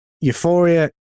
euphoria